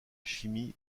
chimie